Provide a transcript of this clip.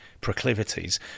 proclivities